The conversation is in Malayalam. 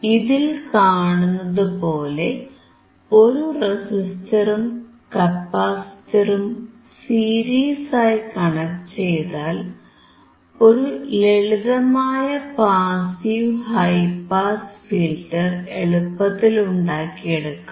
ഇതിൽ കാണുന്നതുപോലെ ഒരു റെസിസ്റ്ററും കപ്പാസിറ്ററും സീരീസ് ആയി കണക്ട് ചെയ്താൽ ഒരു ലളിതമായ പാസീവ് ഹൈ പാസ് ഫിൽറ്റർ എളുപ്പത്തിൽ ഉണ്ടാക്കിയെടുക്കാം